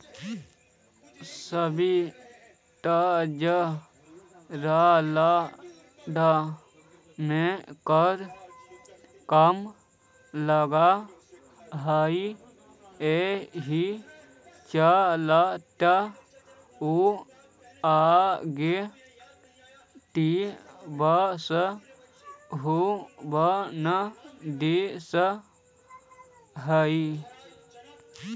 Switzerland में कर कम लग हई एहि चलते उ एगो टैक्स हेवन देश हई